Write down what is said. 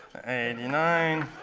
and nine,